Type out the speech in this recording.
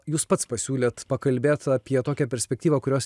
jūs pats pasiūlėt pakalbėt apie tokią perspektyvą kurios